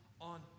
on